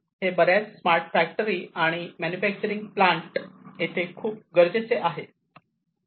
हे बऱ्याच smart factory आणि मॅन्युफॅक्चरिंग प्लांट येथे खूप गरजेचे आहे